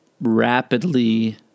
rapidly